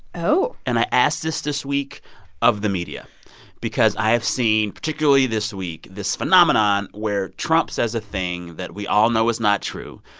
oh and i ask this this week of the media because i have seen, particularly this week, this phenomenon where trump says a thing that we all know is not true.